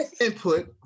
input